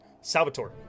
Salvatore